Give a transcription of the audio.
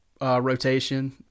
rotation